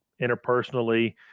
interpersonally